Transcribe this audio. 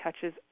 touches